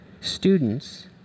Students